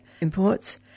imports